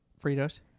Fritos